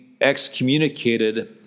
excommunicated